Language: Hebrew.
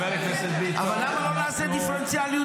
זה לא קצבה --- חבר הכנסת ביטון.